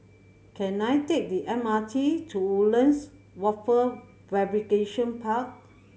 can I take the M R T to Woodlands Wafer Fabrication Park